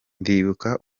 ndibuka